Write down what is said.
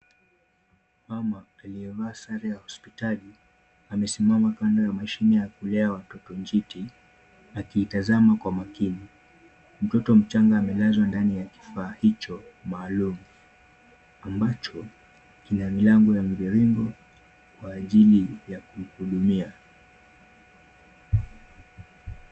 Mama aliyevaa sare ya hospitali amesimama kando ya mashine ya kulia ya watoto njiti akiitazama kwa makini. Mtoto mchanga amelazwa ndani ya kifaa hicho maalum ambacho kina milango ya mviringo kwa ajili ya kuhudumia.